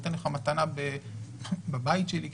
נותן לך מתנה בבית שלי,